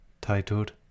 titled